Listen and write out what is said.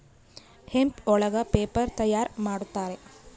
hemp ಒಳಗ paper ತಯಾರ್ ಮಾಡುತ್ತಾರೆ